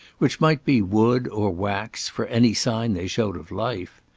which might be wood or wax, for any sign they showed of life.